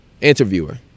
Interviewer